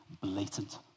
blatant